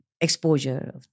exposure